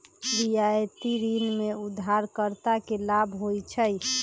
रियायती ऋण में उधारकर्ता के लाभ होइ छइ